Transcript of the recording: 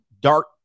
dark